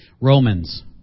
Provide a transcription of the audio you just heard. Romans